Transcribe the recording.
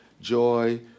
joy